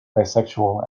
bisexual